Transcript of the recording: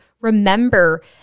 remember